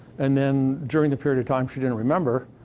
and then, during the period of time she didn't remember,